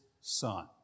Son